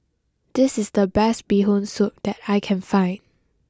this is the best Bee Hoon Soup that I can find